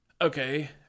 okay